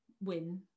Win